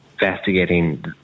investigating